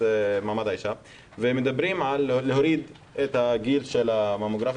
מעמד האישה ומדברים על להוריד את הגיל של הממוגרפיה